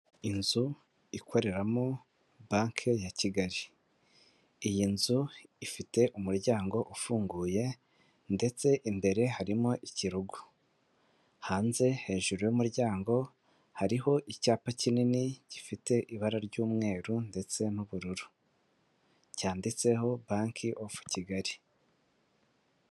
Inzu ikoreramo banki ya Kigali, iyi nzu ifite umuryango ufunguye ndetse imbere harimo ikirugu, hanze hejuru y'umuryango hariho icyapa kinini gifite ibara ry'umweru ndetse n'ubururu cyanditseho banke ofu Kigali.